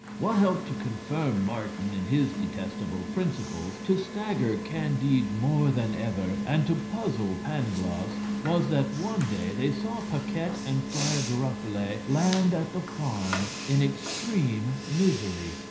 what helped to confirm martin in his detestable principles, to stagger candide more than ever, and to puzzle pangloss, was that one day they saw paquette and friar giroflee land at the farm in extreme misery.